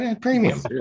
Premium